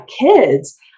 kids